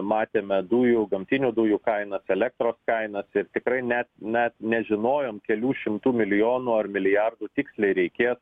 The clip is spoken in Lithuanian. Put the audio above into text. matėme dujų gamtinių dujų kainas elektros kainas ir tikrai net net nežinojom kelių šimtų milijonų ar milijardų tiksliai reikės